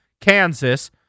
Kansas